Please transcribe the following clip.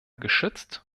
geschützt